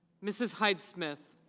mrs. hyde smith.